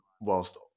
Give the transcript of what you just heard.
whilst